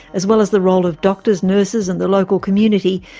as well as the role of doctors, nurses and the local community,